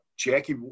Jackie –